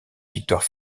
victoire